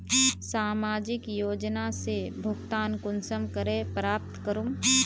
सामाजिक योजना से भुगतान कुंसम करे प्राप्त करूम?